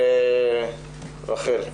רחל בבקשה.